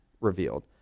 revealed